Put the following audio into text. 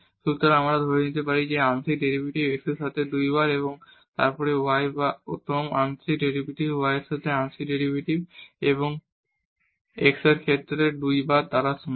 সুতরাং আমরা ধরে নিতে পারি যে এই আংশিক ডেরিভেটিভ x এর সাথে 2 বার এবং তারপরে y বা প্রথম আংশিক ডেরিভেটিভ এবং তারপর x এর ক্ষেত্রে 2 বার তারা সমান